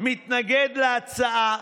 מתנגד להצעה,